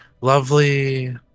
lovely